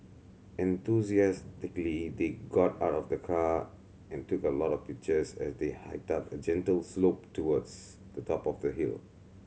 enthusiastically they got out of the car and took a lot of pictures as they hiked up a gentle slope towards the top of the hill